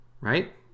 right